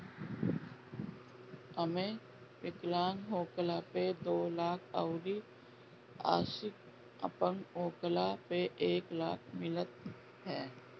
एमे विकलांग होखला पे दो लाख अउरी आंशिक अपंग होखला पे एक लाख मिलत ह